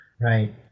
Right